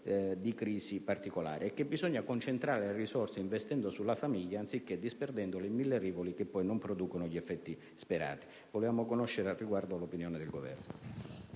di crisi particolare, e che sia necessario concentrare le risorse investendo sulla famiglia, anziché disperderle in mille rivoli che poi non producono gli effetti sperati. Vorremmo conoscere al riguardo l'opinione del Governo.